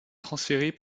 transférée